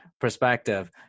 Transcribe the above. perspective